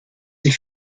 sich